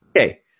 Okay